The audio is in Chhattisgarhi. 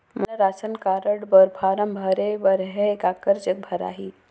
मोला राशन कारड बर फारम भरे बर हे काकर जग भराही?